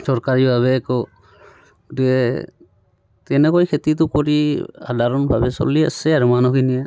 চৰকাৰীভাৱে একো দে তেনেকৈ খেতিটো কৰি সাধাৰণভাৱে চলি আছে আৰু মানুহখিনিয়ে